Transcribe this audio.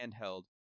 handheld